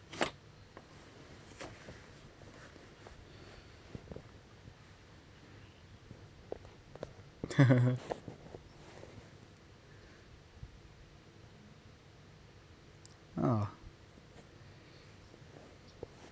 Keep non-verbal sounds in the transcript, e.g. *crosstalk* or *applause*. *laughs* ah